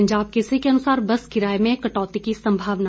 पंजाब केसरी के अनुसार बस किराए में कटौती की संभावना